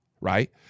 right